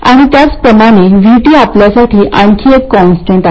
आणि त्याचप्रमाणे VT आपल्यासाठी आणखी एक कॉन्स्टंट आहे